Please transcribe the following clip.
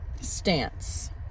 Stance